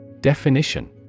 Definition